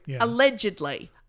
Allegedly